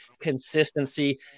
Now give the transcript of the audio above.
consistency